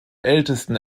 ältesten